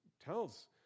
tells